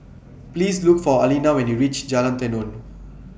Please Look For Aleena when YOU REACH Jalan Tenon